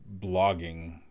blogging